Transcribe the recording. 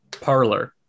Parlor